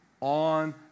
on